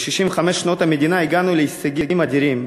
ב-65 שנות המדינה הגענו להישגים אדירים,